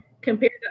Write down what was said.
compared